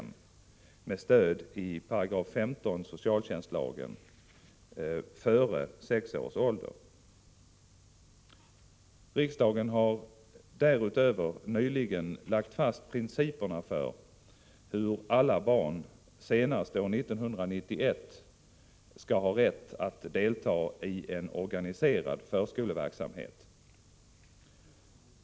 Riksdagen har därutöver nyligen lagt fast principerna för hur alla barn senast år 1991 skall ha rätt att delta i en organiserad förskoleverksamhet.